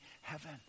heaven